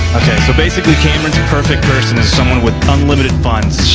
so basically cameron's perfect person is someone with unlimited funds.